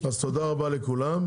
אז תודה רבה לכולם.